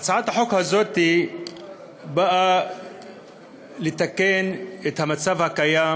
הצעת החוק הזאת באה לתקן את המצב הקיים